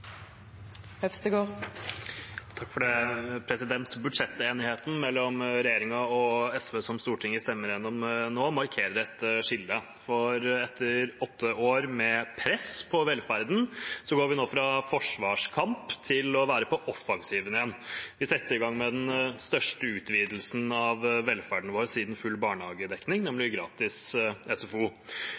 Budsjettenigheten mellom regjeringen og SV, som Stortinget skal stemme gjennom nå, markerer et skille, for etter åtte år med press på velferden går vi nå fra forsvarskamp til å være på offensiven igjen. Vi setter i gang med den største utvidelsen av velferden vår siden full barnehagedekning, nemlig gratis SFO.